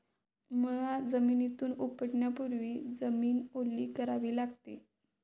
मुळा जमिनीतून उपटण्यापूर्वी जमीन ओली करावी लागते